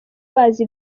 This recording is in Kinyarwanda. bazi